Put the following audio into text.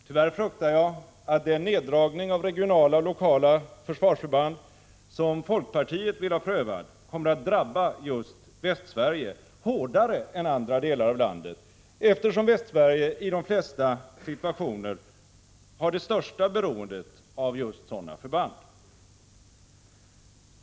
Tyvärr fruktar jag att den neddragning av regionala och lokala försvarsförband som folkpartiet vill ha prövad kommer att drabba just Västsverige hårdare än andra delar av landet, eftersom Västsverige i de flesta situationer har det största beroendet av just sådana förband.